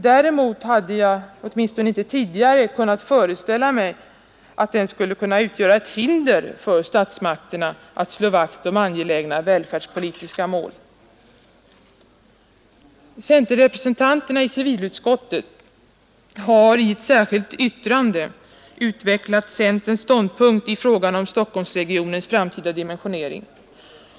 Däremot har jag åtminstone inte tidigare kunnat föreställa mig att den skulle kunna utgöra ett hinder för statsmakterna att slå vakt om angelägna välfärdspolitiska mål. Centerrepresentanterna i civilutskottet har i ett särskilt yttrande utvecklat centerns ståndpunkt i frågan om Stockholmsregionens framtida dimensionering.